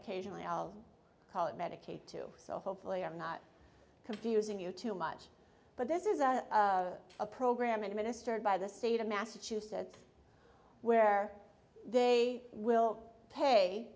occasionally i'll call it medicaid too so hopefully i'm not confusing you too much but this is a program administered by the state of massachusetts where they will pay